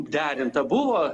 derinta buvo